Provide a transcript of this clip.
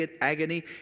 agony